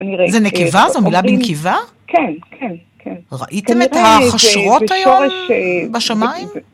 זה נקבה? זו מילה בנקבה? כן, כן, כן. ראיתם את החשרות היום בשמיים?